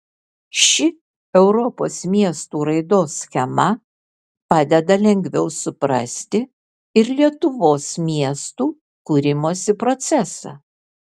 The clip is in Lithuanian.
ši europos miestų raidos schema padeda lengviau suprasti ir lietuvos miestų kūrimosi procesą